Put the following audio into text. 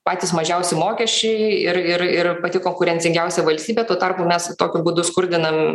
patys mažiausi mokesčiai ir ir ir pati konkurencingiausia valstybė tuo tarpu mes tokiu būdu skurdinam